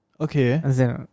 Okay